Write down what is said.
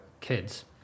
kids